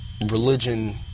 religion